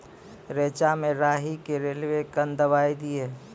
रेचा मे राही के रेलवे कन दवाई दीय?